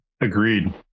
Agreed